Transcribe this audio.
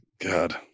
God